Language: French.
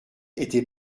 était